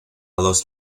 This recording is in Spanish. los